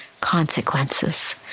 consequences